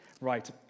Right